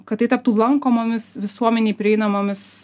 kad tai taptų lankomomis visuomenei prieinamomis